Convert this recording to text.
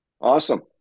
awesome